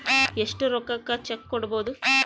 ಎಷ್ಟು ರೊಕ್ಕಕ ಚೆಕ್ಕು ಕೊಡುಬೊದು